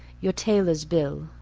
your tailor's bill.